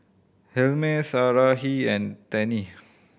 Helmer Sarahi and Tennie